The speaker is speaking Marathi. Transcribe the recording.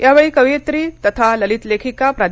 या वेळी कवयित्री तथा ललित लेखिका प्रा